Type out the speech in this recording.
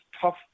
tough